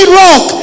rock